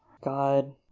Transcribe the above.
God